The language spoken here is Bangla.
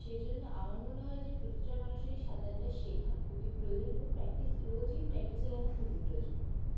সেই জন্য আমার মনে হয় যে প্রতিটা মানুষেরই সাঁতারটা শেখা খুবই প্রয়োজন এবং প্র্যাকটিস রোজই প্র্যাকটিসে রাখা খুবই প্রয়োজন